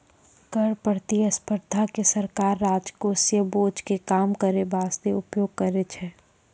कर प्रतिस्पर्धा के सरकार राजकोषीय बोझ के कम करै बासते उपयोग करै छै